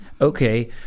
Okay